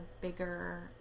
bigger